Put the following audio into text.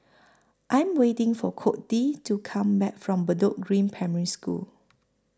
I'm waiting For Codey to Come Back from Bedok Green Primary School